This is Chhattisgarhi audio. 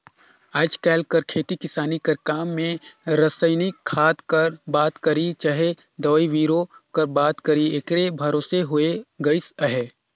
आएज काएल कर खेती किसानी कर काम में रसइनिक खाद कर बात करी चहे दवई बीरो कर बात करी एकरे भरोसे होए गइस अहे